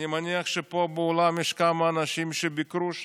אני מניח שפה באולם יש כמה אנשים שביקרו שם.